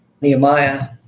Nehemiah